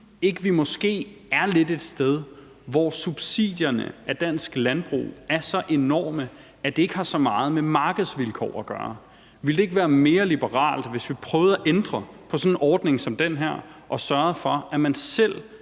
ikke, vi måske er lidt et sted, hvor subsidierne af dansk landbrug er så enorme, at det ikke har så meget med markedsvilkår at gøre. Ville det ikke være mere liberalt, hvis vi prøvede at ændre på sådan en ordning som den her og sørgede for, at man selv